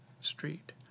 Street